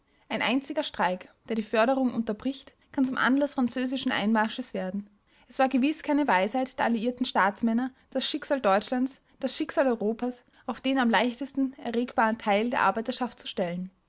ein einziger streik der die förderung unterbricht kann zum anlaß französischen einmarsches werden es war gewiß keine weisheit der alliierten staatsmänner das schicksal deutschlands das schicksal europas auf den am leichtesten erregbaren teil der arbeiterschaft zu stellen